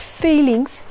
feelings